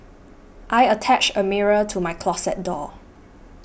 I attached a mirror to my closet door